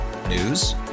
News